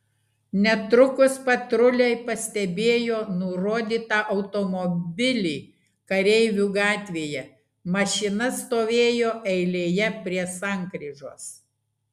netrukus patruliai pastebėjo nurodytą automobilį kareivių gatvėje mašina stovėjo eilėje prie sankryžos